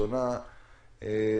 הייתה שונה,